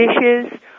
dishes